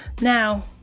Now